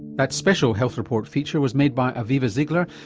that special health report feature was made by aviva ziegler,